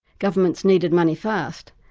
governments needed money fast,